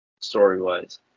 story-wise